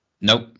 Nope